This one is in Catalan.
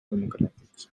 democràtics